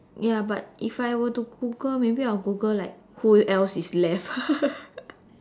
ya but if I were to Google maybe I will Google like who else is left